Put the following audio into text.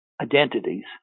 identities